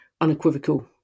unequivocal